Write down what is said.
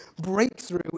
breakthrough